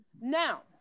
Now